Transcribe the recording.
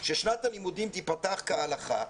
ששנת הלימוד תיפתח כהלכה,